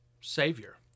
Savior